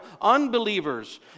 unbelievers